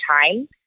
time